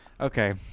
Okay